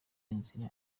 inzira